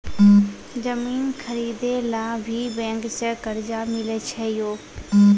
जमीन खरीदे ला भी बैंक से कर्जा मिले छै यो?